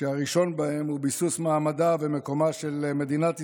שהראשון בהם הוא ביסוס מעמדה ומקומה של מדינת ישראל,